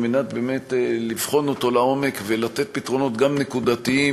כדי באמת לבחון אותו לעומק ולתת פתרונות גם נקודתיים,